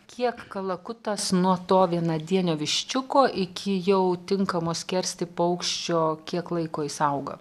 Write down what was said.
kiek kalakutas nuo to vienadienio viščiuko iki jau tinkamo skersti paukščio kiek laiko jis auga